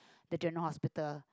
the general hospital